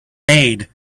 made